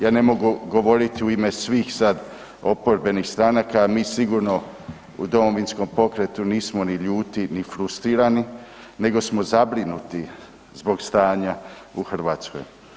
Ja ne mogu govoriti u ime svih sad oporbenih stranaka, a mi sigurno u Domovinskom pokretu nismo ni ljuti, ni frustrirani nego smo zabrinuti zbog stanja u Hrvatskoj.